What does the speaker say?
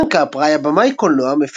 פרנק קפרה היה במאי קולנוע,